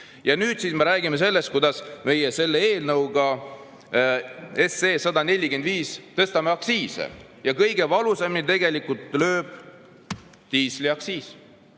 Ja nüüd me räägime sellest, kuidas meie selle eelnõuga 145 tõstame aktsiise. Kõige valusamini tegelikult lööb diisliaktsiis.